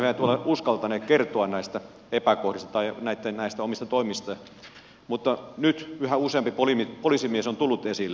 he eivät ole uskaltaneet kertoa näistä epäkohdista tai näistä toimista mutta nyt yhä useampi poliisimies on tullut esille